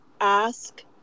ask